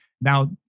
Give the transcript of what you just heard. Now